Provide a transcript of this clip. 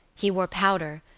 he wore powder,